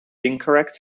incorrect